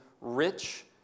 rich